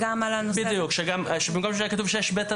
אני מכירה הרבה ישובים כאלה שאומרי אנחנו רוצים מהחרדלים